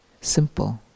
Simple